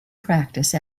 practice